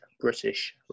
British